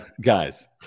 Guys